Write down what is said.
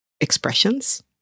expressions